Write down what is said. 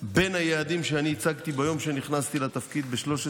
שבין היעדים שאני הצגתי ביום שנכנסתי לתפקיד ב-13